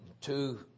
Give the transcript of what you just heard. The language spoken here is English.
Two